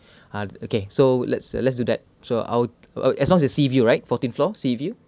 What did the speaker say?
ah okay so let's let's do that so our uh as long as the sea view right fourteen floor sea view